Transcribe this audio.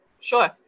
Sure